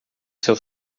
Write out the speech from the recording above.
seu